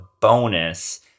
bonus